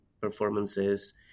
performances